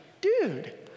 dude